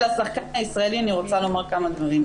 בהיבט הזה של השחקן הישראלי אני רוצה לומר כמה דברים.